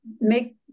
make